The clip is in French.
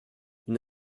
une